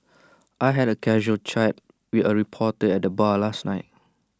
I had A casual chat with A reporter at the bar last night